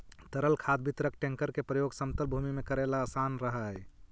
तरल खाद वितरक टेंकर के प्रयोग समतल भूमि में कऽरेला असान रहऽ हई